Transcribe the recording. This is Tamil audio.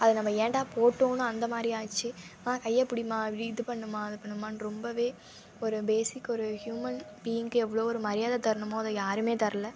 அதை நம்ம ஏன்டா போட்டோன்னு அந்த மாதிரி ஆயிருச்சு கையை பிடிம்மா அப்படி இது பண்ணும்மா அது பண்ணும்மா ரொம்பவே ஒரு பேஸிக் ஒரு ஹியூமன் பீயிங்க்கு எவ்வளோ ஒரு மரியாதை தரணுமோ அதை யாருமே தரல